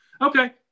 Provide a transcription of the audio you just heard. okay